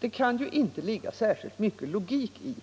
Det kan ju inte ligga särskilt mycket logik i